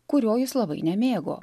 kurio jis labai nemėgo